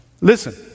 Listen